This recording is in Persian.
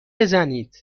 بزنید